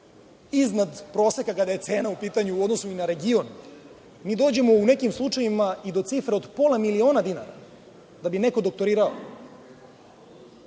iznad proseka kada je cena u pitanju u odnosu i na region, mi dođemo u nekim slučajevima i do cifre od pola miliona dinara da bi neko doktorirao.